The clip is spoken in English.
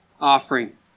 offering